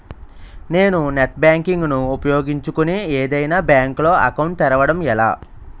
నేను net banking ను ఉపయోగించుకుని ఏదైనా బ్యాంక్ లో అకౌంట్ తెరవడం ఎలా?